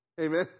Amen